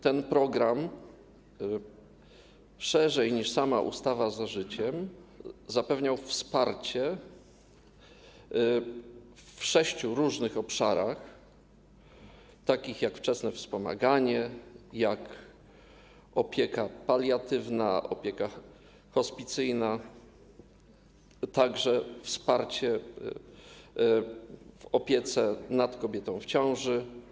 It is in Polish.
Ten program, szerzej niż sama ustawa „Za życiem”, zapewniał wsparcie w sześciu różnych obszarach, takich jak wczesne wspomaganie, opieka paliatywna, opieka hospicyjna, a także wsparcie w opiece nad kobietą w ciąży.